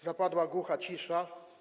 Zapadła głucha cisza.